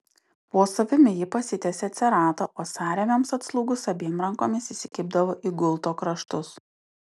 po savimi ji pasitiesė ceratą o sąrėmiams atslūgus abiem rankomis įsikibdavo į gulto kraštus